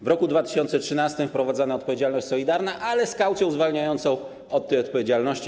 W roku 2013 została wprowadzona odpowiedzialność solidarna, ale z kaucją zwalniającą od tej odpowiedzialności.